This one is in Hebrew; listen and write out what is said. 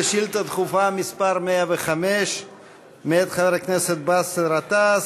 שאילתה דחופה מס' 105 מאת חבר הכנסת באסל גטאס.